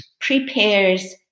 prepares